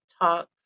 talk